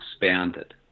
expanded